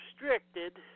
restricted